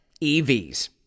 EVs